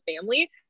family